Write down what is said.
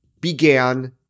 began